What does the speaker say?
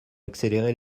accélérer